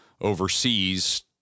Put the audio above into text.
overseas